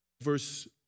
verse